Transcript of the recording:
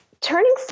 turning